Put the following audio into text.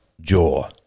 jaw